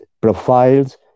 profiles